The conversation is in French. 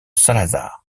salazar